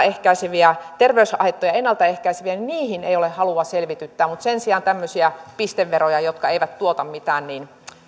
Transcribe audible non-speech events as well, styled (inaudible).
(unintelligible) ehkäiseviä terveyshaittoja ennalta ehkäiseviä ei ole halua selvityttää mutta sen sijaan tämmöisiä pisteveroja jotka eivät tuota mitään